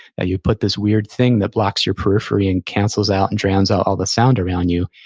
that you put this weird thing that blocks your periphery and cancels out, and drowns out all the sound around you.